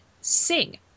sing